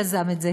שיזם את זה